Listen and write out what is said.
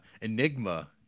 enigma